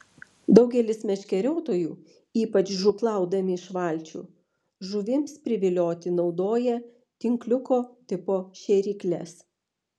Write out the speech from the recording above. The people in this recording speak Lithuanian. daugelis meškeriotojų ypač žūklaudami iš valčių žuvims privilioti naudoja tinkliuko tipo šėrykles